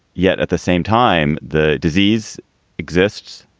yet at the same time, the disease exists,